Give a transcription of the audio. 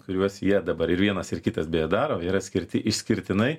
kuriuos jie dabar ir vienas ir kitas beje daro yra skirti išskirtinai